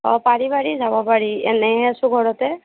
অঁ পাৰি পাৰি যাব পাৰি এনেইহে আছোঁ ঘৰতে